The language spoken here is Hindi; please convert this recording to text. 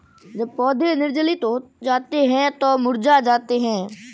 जब पौधे निर्जलित हो जाते हैं तो मुरझा जाते हैं